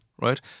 right